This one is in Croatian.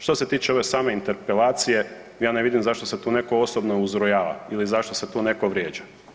Što se tiče ove same interpelacije, ja ne vidim zašto se tu netko osobno uzrujava ili zašto se tu neko vrijeđa.